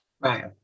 Right